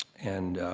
and